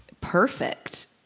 perfect